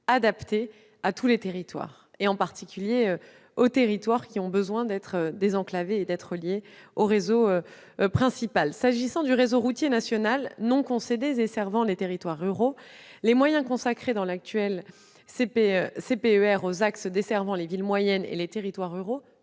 adaptées à tous les territoires, en particulier à ceux qui ont besoin d'être désenclavés et d'être reliés au réseau principal. S'agissant du réseau routier national non concédé desservant les territoires ruraux, les moyens consacrés dans l'actuel contrat de plan État-région aux axes desservant les villes moyennes et les territoires ruraux